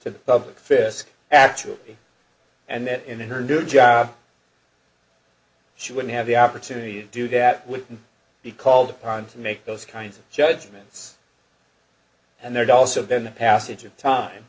to the public face actually and that in her new job she wouldn't have the opportunity to do that would be called upon to make those kinds of judgments and there'd also been the passage of time